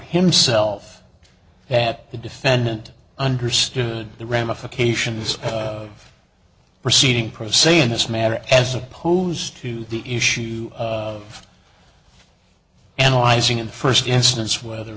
himself that the defendant understood the ramifications of proceeding pro se in this matter as opposed to the issue of analyzing and first instance whether